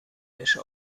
wäsche